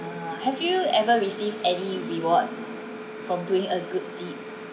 have you ever received any reward from doing a good deed